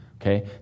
okay